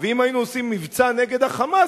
ואם היינו עושים מבצע נגד ה"חמאס",